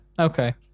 okay